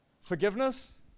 forgiveness